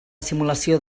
simulació